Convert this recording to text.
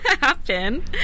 happen